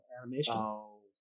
animation